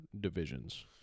divisions